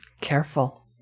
Careful